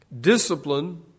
discipline